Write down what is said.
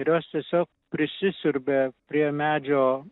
ir jos tiesiog prisisiurbia prie medžio